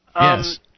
Yes